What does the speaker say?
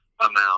amount